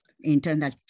internal